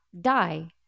die